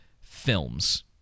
films